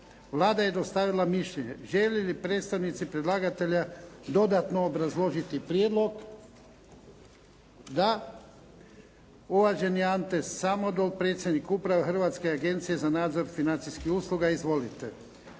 Vlada je dostavila mišljenje. Žele li predstavnici predlagatelja dodatno obrazložiti prijedlog? Da. Uvaženi Ante Samodol, predsjednik uprave Hrvatske agencije za nadzor financijskih usluga. Izvolite.